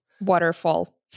Waterfall